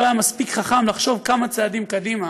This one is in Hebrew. לא היה מספיק חכם לחשוב כמה צעדים קדימה,